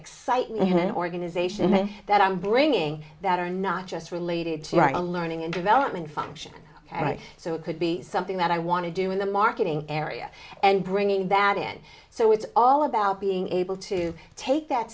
excite me in an organization that i'm bringing that are not just related to write a learning and development function ok so it could be something that i want to do in the marketing area and bringing that in so it's all about being able to take that